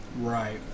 Right